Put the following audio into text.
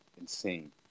insane